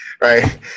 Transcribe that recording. Right